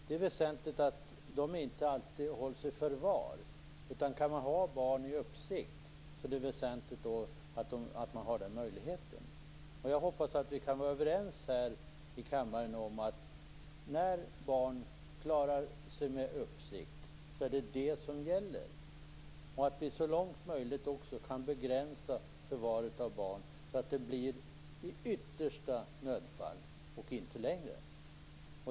Det är väsentligt att de inte alltid hålls i förvar. Det är väsentligt att möjligheten att ha barn under uppsikt finns. Jag hoppas att vi kan vara överens här i kammaren om att det är uppsikt som gäller när barnen klarar sig med det. Vi skall så långt möjligt begränsa förvaret av barn, så att det bara sker i yttersta nödfall.